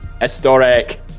Historic